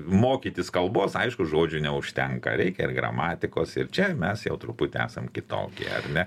mokytis kalbos aišku žodžių neužtenka reikia ir gramatikos ir čia mes jau truputį esam kitokie ar ne